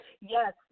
Yes